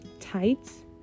tights